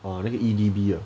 啊那个 E_D_B